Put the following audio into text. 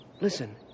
Listen